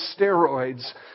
steroids